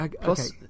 plus